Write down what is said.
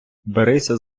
берися